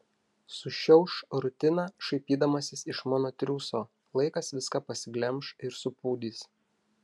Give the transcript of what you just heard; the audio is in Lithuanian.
sušiauš rutiną šaipydamasis iš mano triūso laikas viską pasiglemš ir supūdys